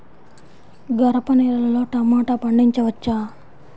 గరపనేలలో టమాటా పండించవచ్చా?